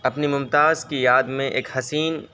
اپنی ممتاز کی یاد میں ایک حسین